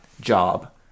job